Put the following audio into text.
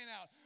out